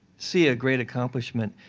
see a great accomplishment.